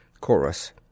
Chorus